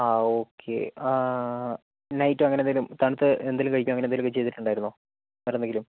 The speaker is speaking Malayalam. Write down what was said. ആ ഓക്കെ ആ നൈറ്റ് അങ്ങനെ എന്തെങ്കിലും തണുത്തത് എന്തെങ്കിലും കഴിക്കുക അങ്ങനെ എന്തെങ്കിലുമൊക്കെ ചെയ്തിട്ടുണ്ടായിരുന്നോ അങ്ങനെ എന്തെങ്കിലും